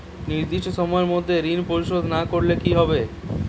নির্দিষ্ট সময়ে মধ্যে ঋণ পরিশোধ না করলে কি হবে?